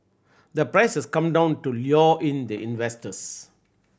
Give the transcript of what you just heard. the price has come down to lure in the investors